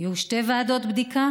היו שתי ועדות בדיקה